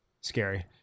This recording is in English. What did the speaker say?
scary